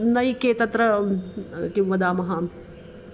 नैके तत्र किं वदामः